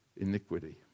iniquity